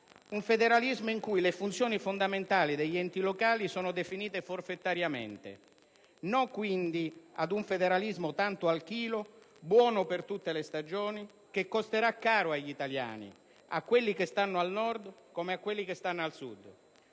un federalismo in cui le funzioni fondamentali degli enti locali sono definite forfettariamente? No, quindi, ad un federalismo «tanto al chilo», buono per tutte le stagioni, che costerà caro agli italiani, a quelli che stanno al Nord come a quelli che stanno al Sud;